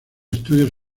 estudios